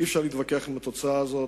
ואי-אפשר להתווכח עם התוצאה הזאת.